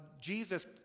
Jesus